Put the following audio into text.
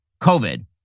COVID